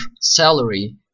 salary